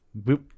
Boop